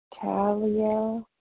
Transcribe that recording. Talia